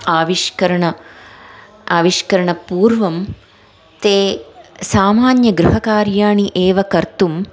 आविष्करण आविष्करणपूर्वं ते सामान्यगृहकार्याणि एव कर्तुं